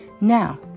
Now